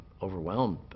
overwhelmed